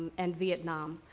and vietnam.